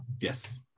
yes